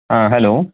ہاں ہیلو